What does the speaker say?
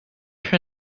her